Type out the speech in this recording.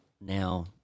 Now